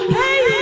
hey